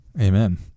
amen